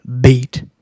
beat